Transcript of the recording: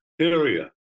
area